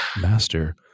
master